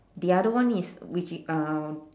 the other one is which i~ um